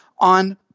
on